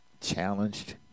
challenged